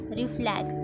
reflex